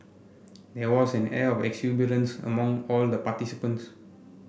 there was an air of exuberance among all the participants